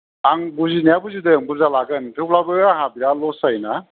आं बुजिनाया बुजिदों बुरजा लागोन थेवब्लाबो आहा बिराद लस जायो ना